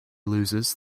loses